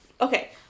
Okay